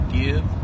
give